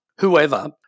whoever